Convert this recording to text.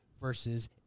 versus